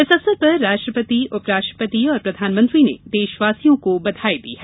इस अवसर पर राष्ट्रपति उपराष्ट्रपति और प्रधानमंत्री ने देशवासियों को बधाई दी है